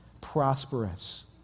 prosperous